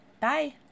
Bye